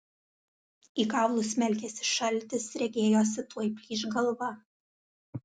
į kaulus smelkėsi šaltis regėjosi tuoj plyš galva